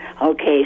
Okay